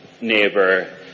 neighbor